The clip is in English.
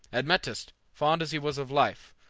admetus, fond as he was of life,